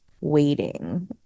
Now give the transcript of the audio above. waiting